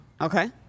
Okay